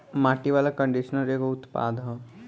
माटी वाला कंडीशनर एगो उत्पाद ह